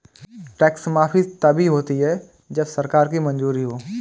tax माफी तभी होती है जब सरकार की मंजूरी हो